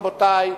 רבותי,